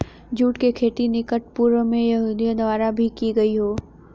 जुट की खेती निकट पूर्व में यहूदियों द्वारा भी की गई हो